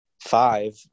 five